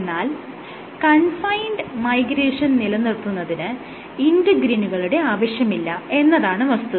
എന്നാൽ confined migration നിലനിർത്തുന്നതിന് ഇന്റെഗ്രിനുകളുടെ ആവശ്യമില്ല എന്നതാണ് വസ്തുത